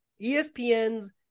ESPN's